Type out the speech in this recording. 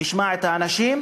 נשמע את האנשים,